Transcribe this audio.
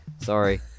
Sorry